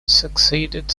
succeeded